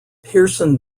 pierson